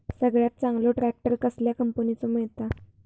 सगळ्यात चांगलो ट्रॅक्टर कसल्या कंपनीचो मिळता?